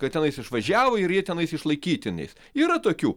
kad tenais išvažiavo ir jie tenais išlaikytiniais yra tokių